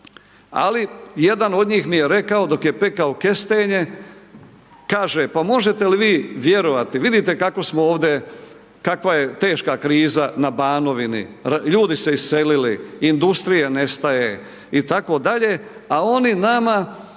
ali jedan od njih mi je rekao dok je pekao kestenje, kaže, pa možete li vi vjerovati, vidite kako smo ovdje, kakva je teška kriza na Banovini, ljudi se iselili, industrije nestaje itd., a oni nama